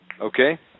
okay